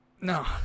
no